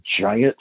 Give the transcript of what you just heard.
giant